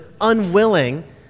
unwilling